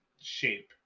shape